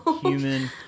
human